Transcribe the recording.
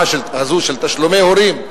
של תשלומי הורים,